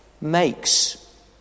makes